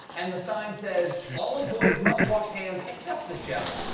and the sign says, all employees must wash hands, except the chef.